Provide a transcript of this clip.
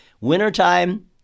Wintertime